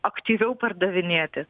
aktyviau pardavinėti